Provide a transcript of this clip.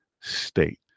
state